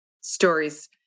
stories